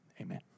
amen